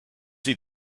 see